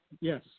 Yes